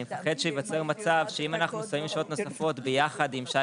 אני מפחד שייווצר מצב שאם אנחנו שמים שעות נוספות ביחד עם שי